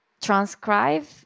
transcribe